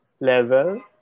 level